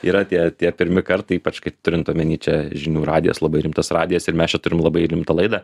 yra tie tie pirmi kartai ypač kai turint omeny čia žinių radijas labai rimtas radijas ir mes čia turim labai rimtą laidą